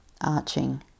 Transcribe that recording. arching